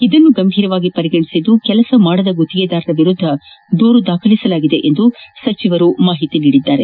ಇದನ್ನು ಗಂಭೀರವಾಗಿ ಪರಿಗಣಿಸಿದ್ದು ಕೆಲಸ ಮಾಡದ ಗುತ್ತಿಗೆದಾರರ ವಿರುದ್ದ ದೂರು ದಾಖಲಿಸಲಾಗಿದೆ ಎಂದು ಸಚಿವರು ಮಾಹಿತಿ ನೀಡಿದರು